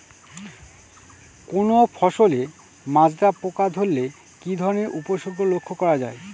কোনো ফসলে মাজরা পোকা ধরলে কি ধরণের উপসর্গ লক্ষ্য করা যায়?